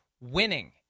winning